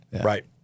Right